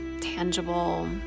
tangible